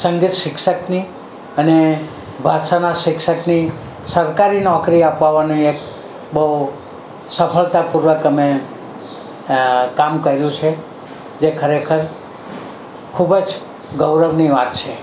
સંગીત શિક્ષકની અને ભાષાના શિક્ષકની અને સરકારી નોકરી અપાવવાની એક બહુ સફળતાપૂર્વક અમે કામ કર્યું છે જે ખરેખર ખૂબ જ ગૌરવની વાત છે